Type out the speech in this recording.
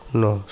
no